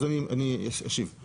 אז אני אשיב.